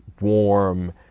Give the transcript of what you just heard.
warm